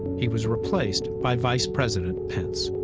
he was replaced by vice president pence.